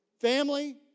family